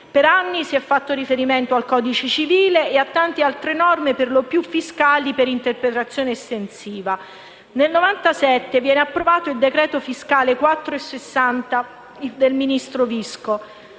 Per anni si è fatto riferimento al codice civile e a tante altre norme per lo più fiscali, per interpretazione estensiva. Nel 1997 viene approvato il decreto fiscale n. 460 del ministro Visco: